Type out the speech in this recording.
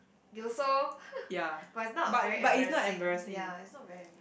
you also but is not very embarrassing ya is not very embarra~